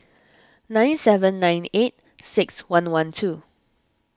nine seven nine eight six one one two